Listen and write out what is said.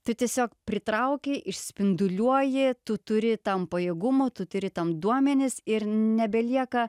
tu tiesiog pritrauki išspinduliuoji tu turi tam pajėgumo tu turi tam duomenis ir nebelieka